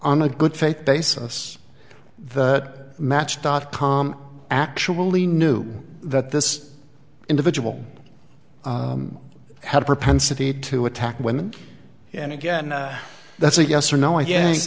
on a good faith basis the match dot com actually knew that this individual had a propensity to attack women and again that's a yes or no i yank